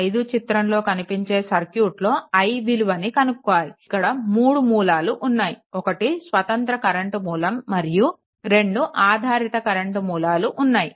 5 చిత్రంలో కనిపించే సర్క్యూట్లో i విలువను కనుక్కోవాలి ఇక్కడ 3 మూలాలు ఉన్నాయి ఒక్కటి స్వతంత్ర కరెంట్ మూలం మరియు రెండు ఆధారిత కరెంట్ మూలాలు ఉన్నాయి